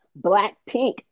Blackpink